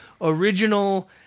original